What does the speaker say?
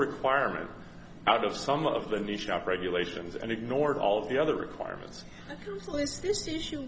requirement out of some of the new shop regulations and ignored all of the other requirements